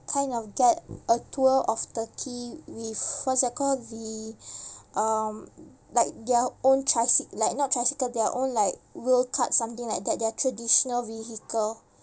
kind of get a tour of turkey with what's that called the um like their own tricy~ like not tricycle their own like wheelcart something like that their traditional vehicle